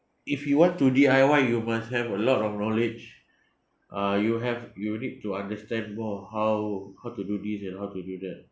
if you want to D_I_Y you must have a lot of knowledge uh you have you need to understand about more how how to do this and how to do that